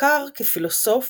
הוכר כפילוסוף